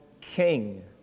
king